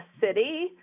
city